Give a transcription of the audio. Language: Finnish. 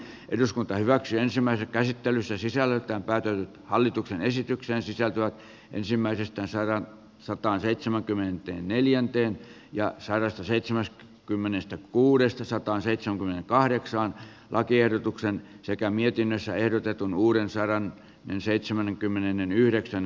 eduskunta hyväksyi ensimmäisen käsittelyssä sisällötön päätyy hallituksen esitykseen sisältyä ensimmäisestä saara sataseitsemänkymmentä neljänteen ja saaresta seitsemäs kymmenettä kuudes tasataan seitsemänkymmenenkahdeksan lakiehdotuksen sekä mietinnössä ehdotetun uuden seuran jo seitsemännenkymmenennenyhdeksän